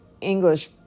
English